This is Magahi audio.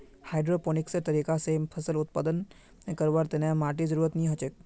हाइड्रोपोनिक्सेर तरीका स फसल उत्पादन करवार तने माटीर जरुरत नी हछेक